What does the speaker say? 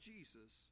Jesus